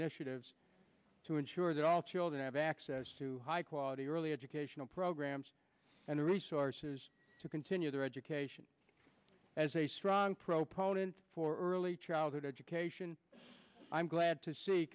initiatives to ensure that all children have access to high quality early educational programs and the resources to continue their education as a strong proponent for early childhood education i'm glad to see